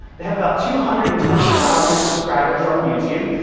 they have about two hundred and twenty thousand subscribers on youtube.